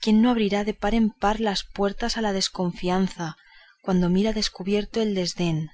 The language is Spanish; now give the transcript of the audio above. quién no abrirá de par en par las puertas a la desconfianza cuando mira descubierto el desdén